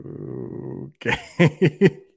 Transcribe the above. okay